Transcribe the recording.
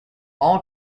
all